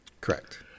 Correct